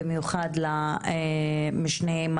במיוחד למשנה ליועמ"שית,